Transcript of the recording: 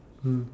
mm